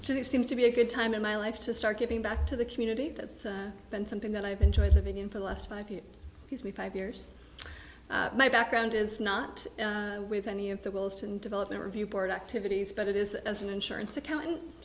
to seem to be a good time in my life to start giving back to the community that's been something that i've enjoyed living in for the last five years has me five years my background is not with any of the worlds and development review board activities but it is as an insurance accountant